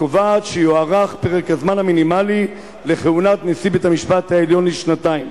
הקובעת שפרק הזמן המינימלי לכהונת נשיא בית-המשפט יהיה שנתיים.